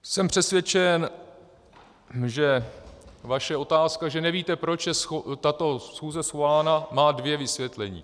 Jsem přesvědčen, že vaše otázka, že nevíte, proč je tato schůze svolána, má dvě vysvětlení.